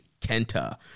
Kenta